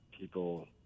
people